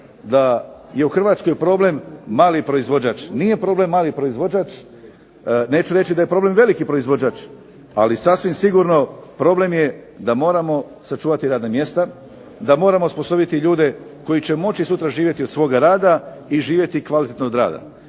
da je u Hrvatskoj problem mali proizvođač. Nije problem mali proizvođač. Neću reći da je problem veliki proizvođač. Ali sasvim sigurno problem je da moramo sačuvati radna mjesta, da moramo osposobiti ljude koji će moći sutra živjeti od svoga rada i kvalitetno živjeti